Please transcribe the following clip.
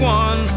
one